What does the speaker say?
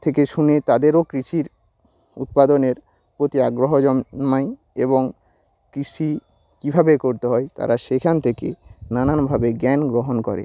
থেকে শুনে তাদেরও কৃষির উৎপাদনের প্রতি আগ্রহ জন্মায় এবং কৃষি কীভাবে করতে হয় তারা সেখান থেকে নানানভাবে জ্ঞান গ্রহণ করে